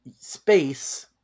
space